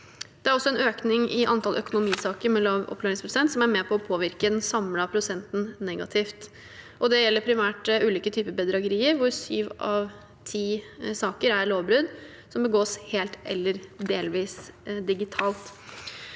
Det er også en økning i antall økonomisaker med lav oppklaringsprosent, noe som er med på å påvirke den samlede prosenten negativt. Det gjelder primært ulike typer bedragerier, hvor sju av ti saker er lovbrudd som begås helt eller delvis digitalt.